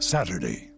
Saturday